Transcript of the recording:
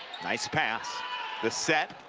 nice pass the set,